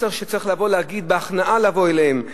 מסר שצריך לבוא להגיד, בהכנעה לבוא אליהם.